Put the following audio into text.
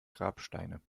grabsteine